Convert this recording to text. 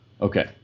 Okay